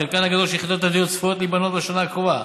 חלקן הגדול של יחידות הדיור צפויות להיבנות בשנה הקרובה,